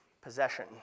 possession